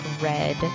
red